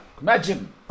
Imagine